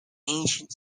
ancient